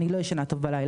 אני לא ישנה טוב בלילה.